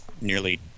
nearly